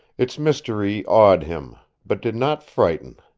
its mystery awed him, but did not frighten.